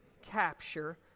capture